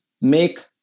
make